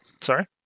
sorry